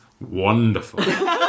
wonderful